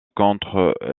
contre